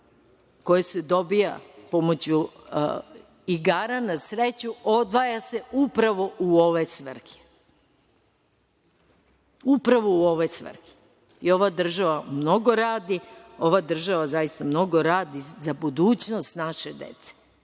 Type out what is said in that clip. koje se dobija pomoću igara na sreću, odvaja se upravo u ove svrhe. Ova država mnogo radi, ova država zaista mnogo radi za budućnost naše dece